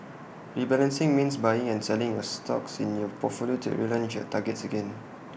rebalancing means buying and selling A stocks in your portfolio to realign targets again